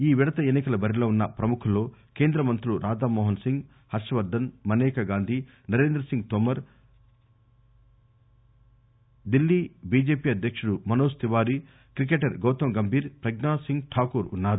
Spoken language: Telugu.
ఈ విడత ఎన్ని కల బరిలో ఉన్న ప్రముఖుల్లో కేంద్ర మంత్రులు రాధా మోహన్ సింగ్ హర్షవర్దన్ మనేకా గాంధీ నరేంద్ర సింగ్ తోమర్ క్రిష్టపాల్ గుర్దార్ ఢిల్లీ బీజేపీ అధ్యక్షుడు మనోజ్ తివారీ క్రికెటర్ గౌతమ్ గంభీర్ ప్రజ్ఞాసింగ్ ఠాకూర్ ఉన్నారు